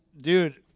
dude